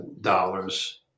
dollars